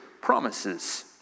promises